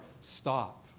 stop